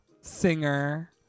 singer